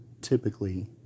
typically